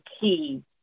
key